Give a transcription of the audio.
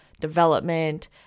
development